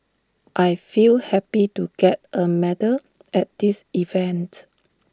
I feel happy to get A medal at this event